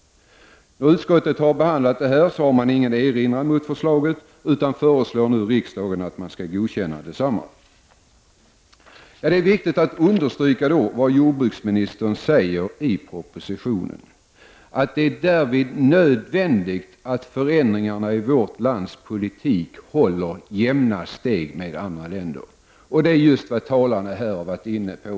Utskottet har behandlat propositionen och har ingen erinran mot förslaget utan föreslår riksdagen att godkänna detsamma. Det är viktigt att understryka vad jordbruksministern säger i propositionen: ”Det är därvid nödvändigt att förändringarna i vårt lands politik håller jämna steg med andra länders.” Det är just vad talarna även i dag har varit inne på.